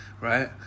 right